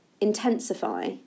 intensify